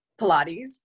Pilates